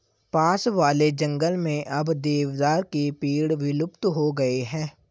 पास वाले जंगल में अब देवदार के पेड़ विलुप्त हो गए हैं